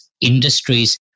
industries